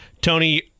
Tony